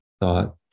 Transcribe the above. thought